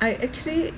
I actually